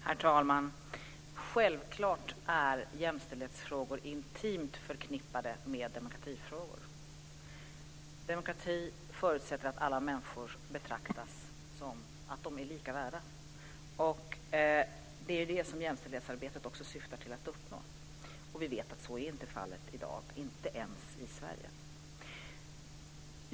Herr talman! Självklart är jämställdhetsfrågor intimt förknippade med demokratifrågor. Demokrati förutsätter att alla människor betraktas som lika värda, och det är också det som jämställdhetsarbetet syftar till att uppnå. Vi vet att så ännu inte har skett, inte ens i Sverige.